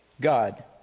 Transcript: God